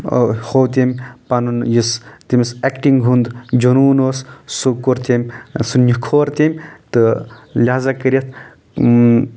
ہو تٔمۍ پنُن یُس تٔمِس اٮ۪کٹنٛگ ہُنٛد جنوٗن اوس سُہ کوٚر تٔمۍ سُہ نخور تٔمۍ تہٕ لہٰزا کٔرتھ